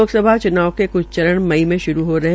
लोकसभा च्नाव के क्छ चरण मई मे श्रू हो रहे है